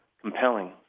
compelling